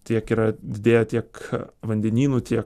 tiek yra didėja tiek vandenynų tie